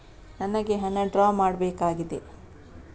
ನನಿಗೆ ಹಣ ಡ್ರಾ ಮಾಡ್ಬೇಕಾಗಿದೆ